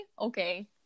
Okay